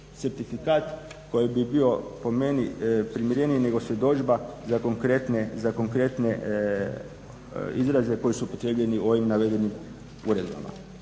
certifikat koji bi bio po meni primjereniji nego svjedodžba za konkretne izraze koji su upotrebljeni u ovim navedenim uredbama.